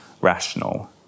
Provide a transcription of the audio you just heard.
rational